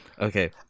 Okay